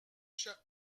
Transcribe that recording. chers